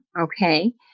Okay